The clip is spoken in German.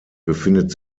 befindet